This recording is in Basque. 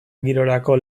girorako